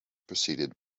preceded